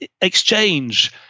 exchange